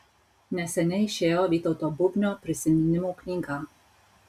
neseniai išėjo vytauto bubnio prisiminimų knyga